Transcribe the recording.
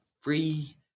free